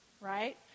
right